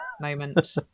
moment